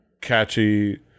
catchy